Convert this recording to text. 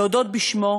להודות בשמו,